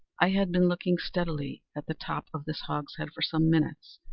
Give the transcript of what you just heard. i had been looking steadily at the top of this hogshead for some minutes,